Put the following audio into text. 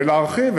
ולהרחיב,